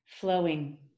Flowing